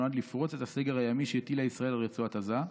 שנועד לפרוץ את הסגר הימי שהטילה ישראל על רצועת עזה.